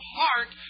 heart